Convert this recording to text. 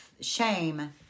Shame